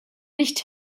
nicht